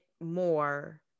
more